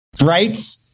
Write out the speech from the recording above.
Right